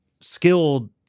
skilled